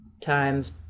times